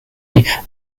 and